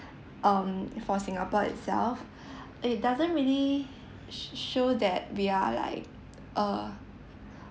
um for singapore itself it doesn’t really sh~ show that we are like err